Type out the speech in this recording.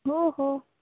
हो हो